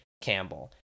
Campbell